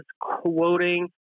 quoting